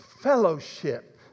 fellowship